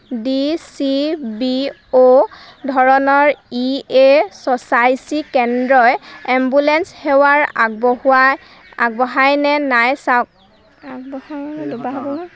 D C B অ' ধৰণৰ ই এ ছ'চাইটি কেন্দ্ৰই এম্বুলেঞ্চ সেৱা আগবঢ়োৱাই আগবঢ়ায় নে নাই চাওক